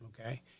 Okay